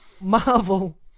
Marvel